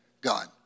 God